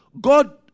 God